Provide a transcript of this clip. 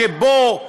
שבו,